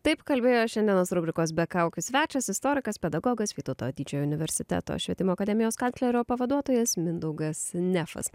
taip kalbėjo šiandienos rubrikos be kaukių svečias istorikas pedagogas vytauto didžiojo universiteto švietimo akademijos kanclerio pavaduotojas mindaugas nefas